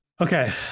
Okay